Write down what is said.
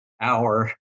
hour